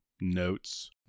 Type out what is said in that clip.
notes